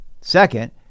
Second